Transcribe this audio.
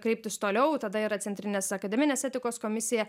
kreiptis toliau tada yra centrinės akademinės etikos komisija